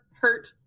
hurt